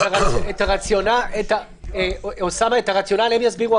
את הרציונל הם יסבירו,